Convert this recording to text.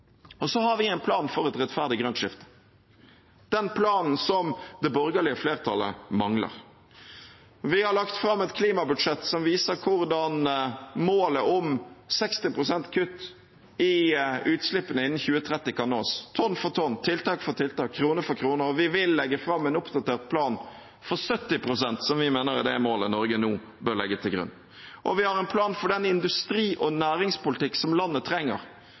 har en plan for et rettferdig grønt skifte – den planen som det borgerlige flertallet mangler. Vi har lagt fram et klimabudsjett som viser hvordan målet om 60 pst. kutt i utslippene innen 2030 kan nås – tonn for tonn, tiltak for tiltak, krone for krone. Og vi vil legge fram en oppdatert plan for 70 pst., som vi mener er det målet Norge nå bør legge til grunn. Vi har en plan for den industri- og næringspolitikk som landet trenger